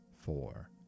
four